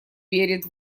верит